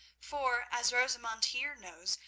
for, as rosamund here knows,